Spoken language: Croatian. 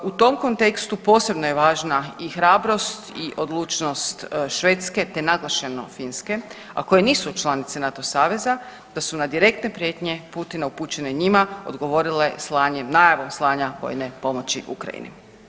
U tom kontekstu posebno je važna i hrabrost i odlučnost Švedske, te naglašeno Finske a koje nisu članice NATO saveza, da su na direktne prijetnje Putina upućene njima odgovorile slanjem, najavom slanja vojne pomoći Ukrajini.